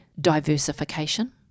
diversification